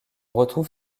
retrouve